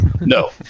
No